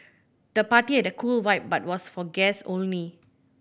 the party had a cool vibe but was for guests only